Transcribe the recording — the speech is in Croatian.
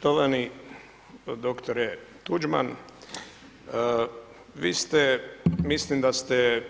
Štovani doktore Tuđman, vi ste mislim da ste